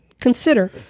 consider